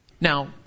Now